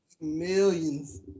millions